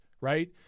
right